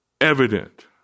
evident